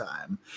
time